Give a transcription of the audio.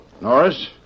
Norris